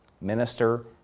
minister